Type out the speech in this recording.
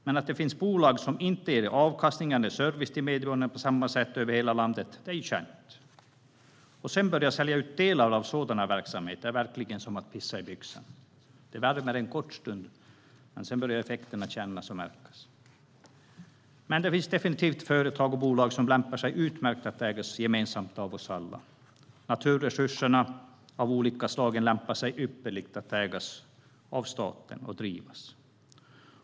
Men att det finns bolag som inte ger avkastning eller service till medborgarna på samma sätt över hela landet är ju känt. Att sedan börja sälja ut delar av sådana verksamheter är verkligen som att pissa i byxan. Det värmer en kort stund, men sedan börjar effekterna kännas och märkas. Det finns definitivt företag och bolag som lämpar sig utmärkt att ägas gemensamt av oss alla. Naturresursbolag av olika slag lämpar sig ypperligt att ägas och drivas av staten.